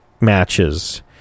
matches